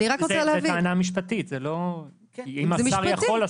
זאת טענה משפטית, אם השר יכול?